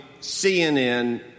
CNN